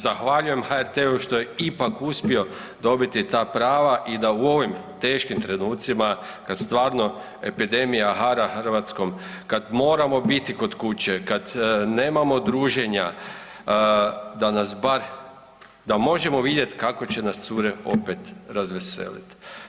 Zahvaljujem HRT-u što je ipak uspio dobiti ta prava i da u ovim teškim trenucima kada stvarno epidemija hara Hrvatskom, kad moramo biti kod kuće, kad nemamo druženja da nas bar da možemo vidjeti kako će nas cure opet razveselit.